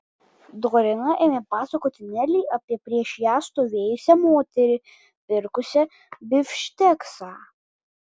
dorina ėmė pasakoti nelei apie prieš ją stovėjusią moterį pirkusią bifšteksą